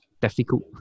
difficult